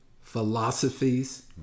philosophies